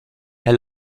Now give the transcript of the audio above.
herr